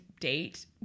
date